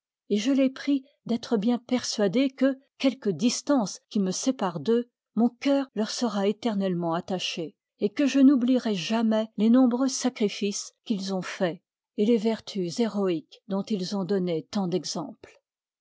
et je les prie d'être bien persuadés que quelque distance qui me î sépare d'eux mon cœur leur sera éternellement attaché et que je n'oublierai jamais les nombreux sacrifices qu'ils ont faits et les vertus héroïques dont ils ont donné tant d'exemples